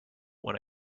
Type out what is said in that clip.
when